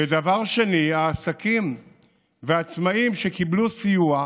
ודבר שני, העסקים והעצמאים קיבלו סיוע.